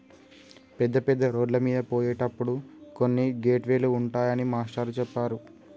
పెద్ద పెద్ద రోడ్లమీద పోయేటప్పుడు కొన్ని గేట్ వే లు ఉంటాయని మాస్టారు చెప్పారు